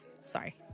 Sorry